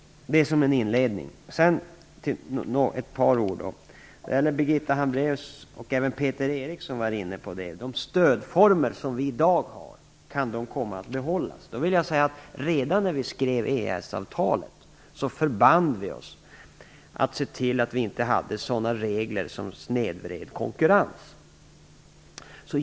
Detta sagt som en inledning. Birgitta Hambraeus och även Peter Eriksson har frågat om de stödformer som vi i dag har kan behållas. Redan när vi skrev under EES-avtalet förband vi oss att se till att vi inte hade sådana regler som snedvred konkurrensen.